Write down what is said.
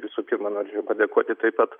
visų pirma norėčiau padėkoti taip pat